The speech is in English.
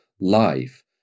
life